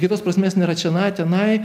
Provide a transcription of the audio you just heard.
kitos prasmės nėra čenai tenai